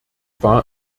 war